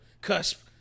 cusp